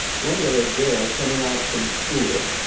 one day a girl, coming out from school,